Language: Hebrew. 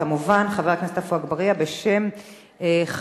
כמובן, חבר הכנסת עפו אגבאריה בשם חד"ש.